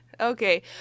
Okay